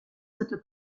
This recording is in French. cette